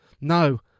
No